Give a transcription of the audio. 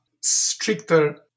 stricter